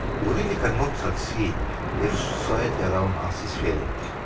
we really cannot succeed if society around us is failing,